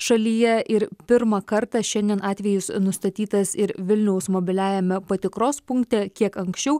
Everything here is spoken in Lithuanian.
šalyje ir pirmą kartą šiandien atvejis nustatytas ir vilniaus mobiliajame patikros punkte kiek anksčiau